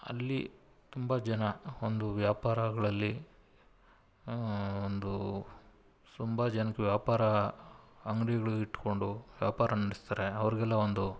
ಅಲ್ಲಿ ತುಂಬ ಜನ ಒಂದು ವ್ಯಾಪಾರಗಳಲ್ಲಿ ಒಂದು ತುಂಬ ಜನಕ್ಕೆ ವ್ಯಾಪಾರ ಅಂಗ್ಡಿಗಳು ಇಟ್ಟುಕೊಂಡು ವ್ಯಾಪಾರ ನಡ್ಸ್ತಾರೆ ಅವ್ರಿಗೆಲ್ಲ ಒಂದು